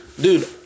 Dude